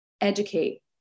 Educate